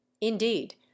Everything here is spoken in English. indeed